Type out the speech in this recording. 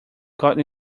got